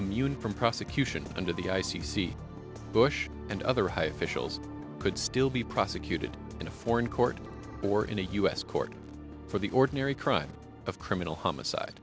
immune from prosecution under the i c c bush and other high officials could still be prosecuted in a foreign court or in a u s court for the ordinary crime of criminal homicide